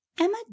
Emma